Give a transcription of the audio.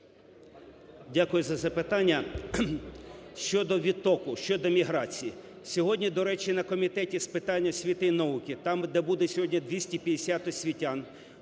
дякую за запитання. Щодо відтоку, щодо міграції. Сьогодні, до речі, на Комітеті з питань освіти і науки там, де буде сьогодні 250 освітян